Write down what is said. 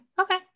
okay